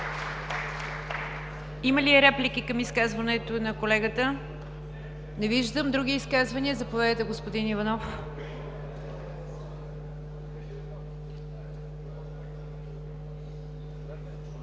Има ли реплики към изказването на колегата? Не виждам. Други изказвания? Заповядайте, господин Иванов.